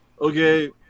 okay